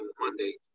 Monday